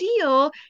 deal